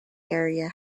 area